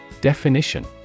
Definition